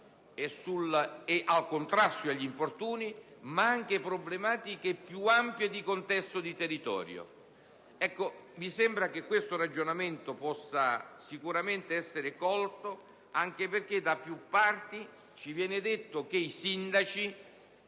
e al contrasto degli infortuni, ma anche le problematiche più ampie di contesto del territorio. Mi sembra che questo ragionamento possa sicuramente essere colto, anche perché da più parti ci viene detto che i sindaci